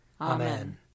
Amen